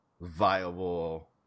viable